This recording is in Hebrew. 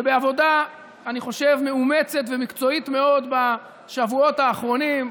ובעבודה מאומצת ומקצועית מאוד בשבועות האחרונים,